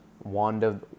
Wanda